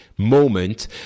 Moment